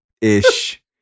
ish